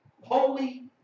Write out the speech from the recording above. Holy